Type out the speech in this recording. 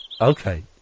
Okay